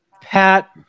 Pat